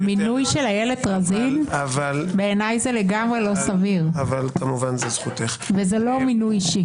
המינוי של איילת רזין בעיניי לא סביר וזה לא מינוי אישי.